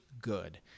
good